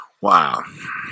Wow